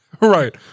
Right